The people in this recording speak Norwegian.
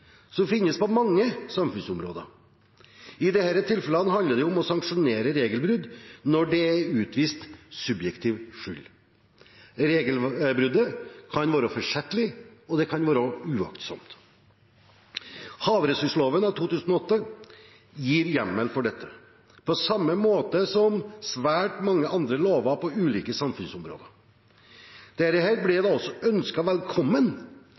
som finnes på mange samfunnsområder. I disse tilfellene handler det om å sanksjonere regelbrudd når det er utvist subjektiv skyld. Regelbruddet kan være forsettlig eller uaktsomt. Havressursloven av 2008 gir hjemmel for dette, på samme måte som svært mange andre lover på ulike samfunnsområder. Dette ble da også ønsket velkommen